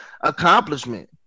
accomplishment